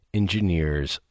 engineers